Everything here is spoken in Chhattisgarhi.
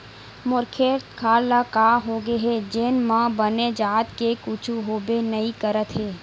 मोर खेत खार ल का होगे हे जेन म बने जात के कुछु होबे नइ करत हे